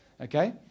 okay